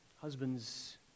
Husbands